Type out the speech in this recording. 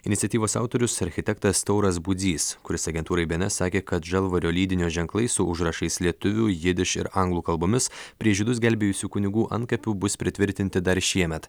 iniciatyvos autorius architektas tauras budzys kuris agentūrai bns sakė kad žalvario lydinio ženklai su užrašais lietuvių jidiš ir anglų kalbomis prie žydus gelbėjusių kunigų antkapių bus pritvirtinti dar šiemet